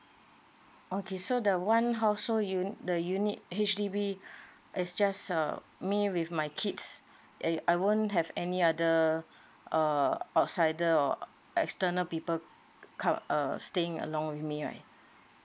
okay so the one household you the unit H_D_B is just uh me with my kids and I won't have any other err outsider or external people come uh staying along with me right